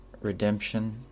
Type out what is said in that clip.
redemption